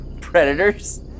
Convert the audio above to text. predators